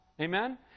Amen